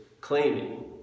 claiming